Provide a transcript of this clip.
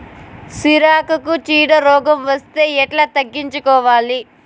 సిరాకుకు చీడ రోగం వస్తే ఎట్లా తగ్గించుకోవాలి?